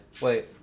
Wait